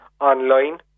online